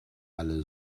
alle